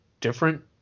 different